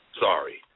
sorry